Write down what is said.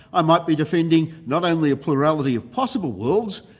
i might be defending not only a plurality of possible worlds,